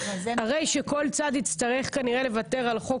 הרי שכל צד הצטרך כנראה לוותר על חוק